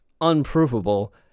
unprovable